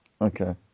Okay